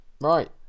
right